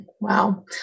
Wow